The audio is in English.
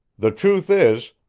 the truth is,